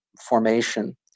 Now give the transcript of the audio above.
formation